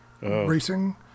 racing